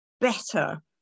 better